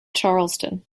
charleston